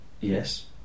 Yes